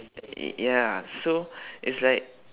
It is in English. ya so it's like